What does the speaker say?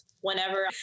whenever